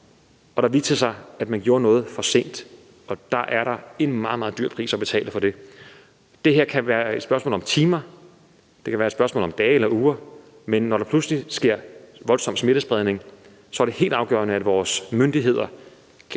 hvor det viste sig, at man gjorde noget for sent; og der er der en meget, meget dyr pris at betale for det. Det her kan være et spørgsmål om timer, det kan være et spørgsmål om dage eller uger, men når der pludselig sker en voldsom smittespredning, så er det helt afgørende, at vores myndigheder